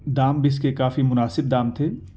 دام بھی اس کے کافی مناسب دام تھے